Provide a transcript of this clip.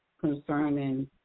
concerning